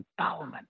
empowerment